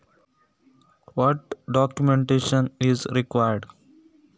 ಏನು ದಾಖಲೆ ಬೇಕು?